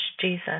Jesus